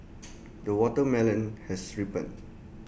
the watermelon has ripened